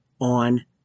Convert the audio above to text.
on